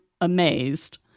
amazed